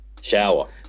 Shower